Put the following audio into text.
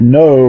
no